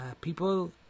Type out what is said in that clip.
people